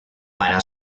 para